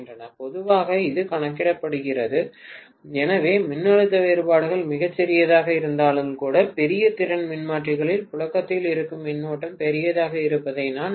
பொதுவாக இது கணக்கிடப்படுகிறது எனவே மின்னழுத்த வேறுபாடு மிகச் சிறியதாக இருந்தாலும் கூட பெரிய திறன் மின்மாற்றிகளில் புழக்கத்தில் இருக்கும் மின்னோட்டம் பெரியதாக இருப்பதை நான் அறிவேன்